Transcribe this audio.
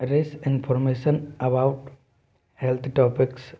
race information about health topics